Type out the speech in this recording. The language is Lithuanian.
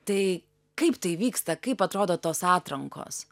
tai kaip tai vyksta kaip atrodo tos atrankos